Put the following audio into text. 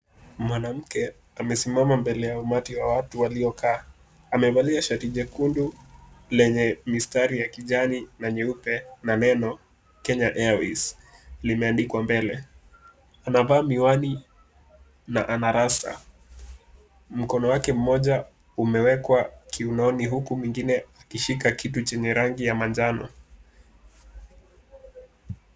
Mwanamke amesimama mbele umati wa watu waliokaa amevalia shati ya nyekundu lenye mistari ya kijani na nyeupe na neno Kenya Airways limeandikwa mbele, anavaa miwani na ana Rasta mkono wake moja umewekwa kiunoni uko uku mwingine ameshika kitu chenye rangi ya manjano